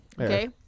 Okay